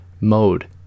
mode